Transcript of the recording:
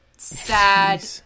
sad